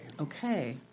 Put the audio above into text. Okay